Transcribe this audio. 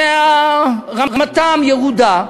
שרמתם ירודה.